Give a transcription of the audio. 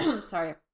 sorry